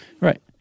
Right